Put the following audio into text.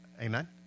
Amen